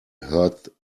hurt